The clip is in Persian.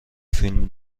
فیلم